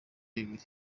bibiri